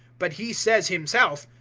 but he says himself,